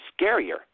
scarier